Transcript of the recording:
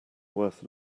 worth